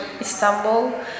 Istanbul